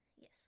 Yes